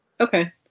Okay